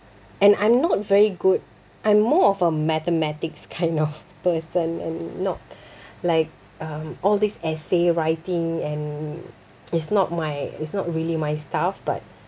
and I'm not very good I'm more of a mathematics kind of person and not like um all these essay writing and it's not my it's not really my stuff but